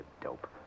dope